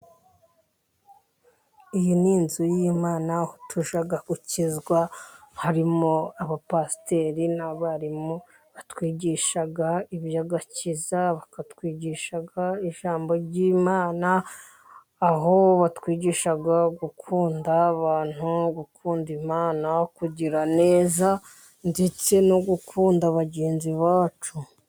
Iyi ni inzu y'Imana tujya gukizwa harimo abapasiteri, n'abarimu batwigisha iby'agakiza, bakatwigisha ijambo ry'Imana, aho batwigisha gukunda abantu, gukunda Imana, kugira neza, ndetse no gukunda bagenzi bacu.